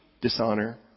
dishonor